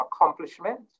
accomplishment